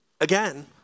Again